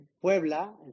Puebla